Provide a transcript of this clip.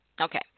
Okay